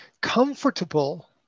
comfortable